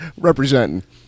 Representing